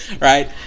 Right